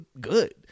good